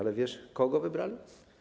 Ale wiesz kogo wybrali?